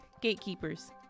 gatekeepers